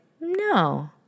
no